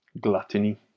Gluttony